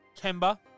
Kemba